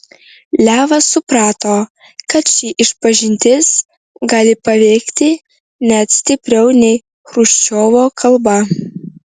levas suprato kad ši išpažintis gali paveikti net stipriau nei chruščiovo kalba